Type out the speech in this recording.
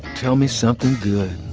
tell me something good.